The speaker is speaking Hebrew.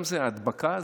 גם זה, ההדבקה הזאת,